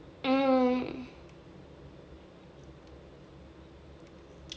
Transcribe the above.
mm